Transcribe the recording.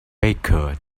baker